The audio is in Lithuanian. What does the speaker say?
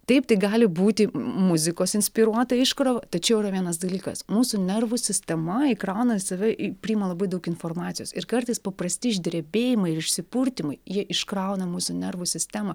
taip tai gali būti muzikos inspiruota iškrova tačiau yra vienas dalykas mūsų nervų sistema įkrauna save į priima labai daug informacijos ir kartais paprasti išdrebėjimai ir išsipurtymai jie iškrauna mūsų nervų sistemą